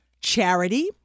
charity